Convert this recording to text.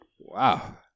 Wow